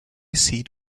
seat